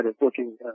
looking